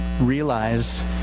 realize